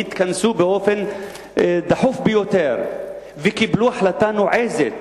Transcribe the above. התכנסו באופן דחוף ביותר וקיבלו החלטה נועזת.